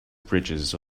bridges